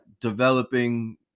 developing